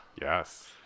Yes